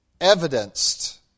evidenced